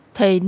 Thì